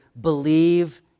Believe